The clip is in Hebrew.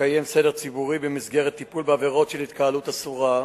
לקיים סדר ציבורי במסגרת טיפול בעבירות של התקהלות אסורה,